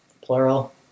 plural